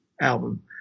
album